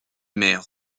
maires